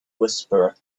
whisperer